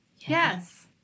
Yes